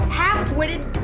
half-witted